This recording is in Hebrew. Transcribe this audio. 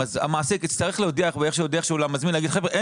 המעסיק יצטרך להודיע למזמין ולומר שאין